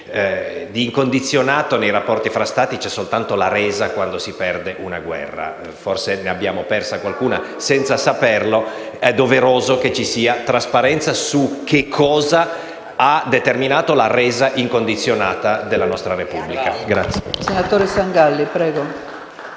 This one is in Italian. Di incondizionato nei rapporti tra Stati c'è solo la resa quando si perde una guerra; forse ne abbiamo persa qualcuna senza saperlo. È doveroso che ci sia trasparenza su cosa ha determinato la resa incondizionata della nostra Repubblica. *(Applausi dai Gruppi